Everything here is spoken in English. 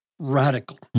Radical